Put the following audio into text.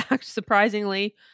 surprisingly